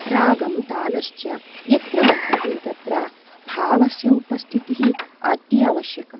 रागं तालश्च यत्र वर्तते तत्र भावस्य उपस्थितिः अति अवश्यकम्